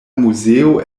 muzeo